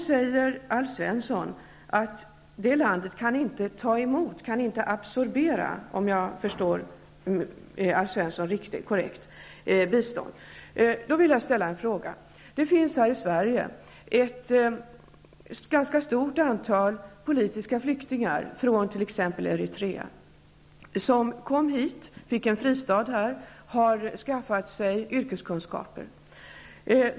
Men Alf Svensson säger att landet kan inte ta emot, kan inte absorbera, bistånd -- om jag har förstått Det finns i Sverige ett stort antal politiska flyktingar från t.ex. Eritrea. De har kommit till Sverige och fått en fristad här och har skaffat sig yrkeskunskaper.